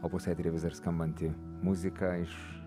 opus etery vis dar skambanti muzika iš